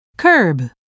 Curb